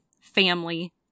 family